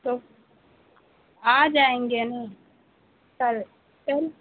تو آ جائیں گے نا کل کل